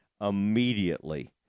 immediately